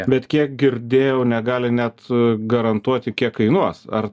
bet kiek girdėjau negali net garantuoti kiek kainuos ar